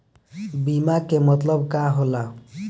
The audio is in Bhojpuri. बीमा के मतलब का होला?